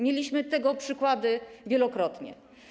Mieliśmy tego przykłady wielokrotnie.